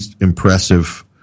impressive